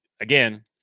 again